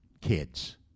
kids